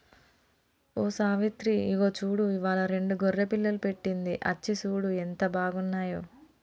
ఓ సావిత్రి ఇగో చూడు ఇవ్వాలా రెండు గొర్రె పిల్లలు పెట్టింది అచ్చి సూడు ఎంత బాగున్నాయో